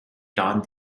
john